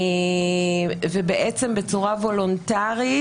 ובעצם בצורה וולונטרית,